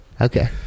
Okay